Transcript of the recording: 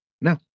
No